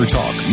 Talk